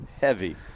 heavy